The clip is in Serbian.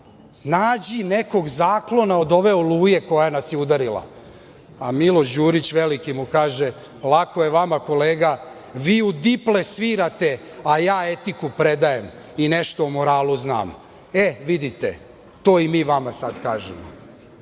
nađi nekog zaklona od ove oluje koja nas je udarila. Miloš Đurić, veliki, mu kaže – lako je vama kolega, vi u diple svirate, a ja etiku predajem i nešto o moralu znam. E, vidite, to i mi vama sada kažemo.